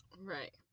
Right